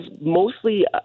mostly